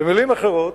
במלים אחרות,